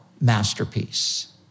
masterpiece